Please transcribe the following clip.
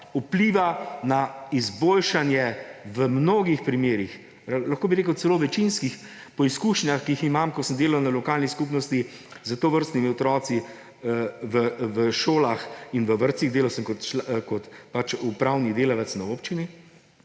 vpliva na izboljšanje v mnogih primerih; lahko bi rekel celo večinski. Po izkušnjah, ki jih imam, ko sem delal na lokalni skupnosti s tovrstnimi otroki v šolah in v vrtcih ‒ delal sem pač kot upravni delavec na občini.